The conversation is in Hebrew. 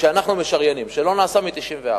שאנחנו משריינים, שלא נעשה מ-1994.